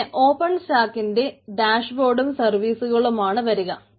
പിന്നെ ഓപ്പൺ സ്റ്റാക്കിന്റെ ഡാഷ്ബോർഡും സർവീസുകളുമാണ് വരുക